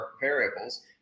variables